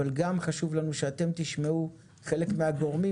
אבל גם חשוב לנו שאתם תשמעו חלק מהגורמים